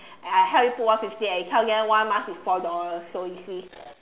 I help you put one fifty and you tell them one mask is four dollars so you see